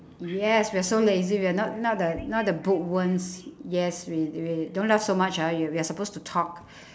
yes we're so lazy we're not not the not the bookworms yes we we don't laugh so much ah you we're supposed to talk